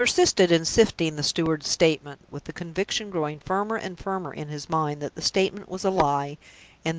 he persisted in sifting the steward's statement, with the conviction growing firmer and firmer in his mind that the statement was a lie,